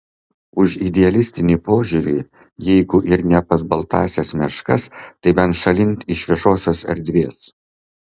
už idealistinį požiūrį jeigu ir ne pas baltąsias meškas tai bent šalin iš viešosios erdvės